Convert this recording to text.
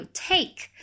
take